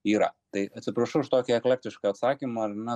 yra tai atsiprašau už tokį eklektišką atsakymą ar ne